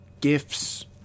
gifts